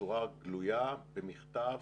בצורה גלויה במכתב